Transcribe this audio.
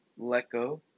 LetGo